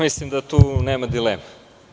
Mislim da tu nema dileme.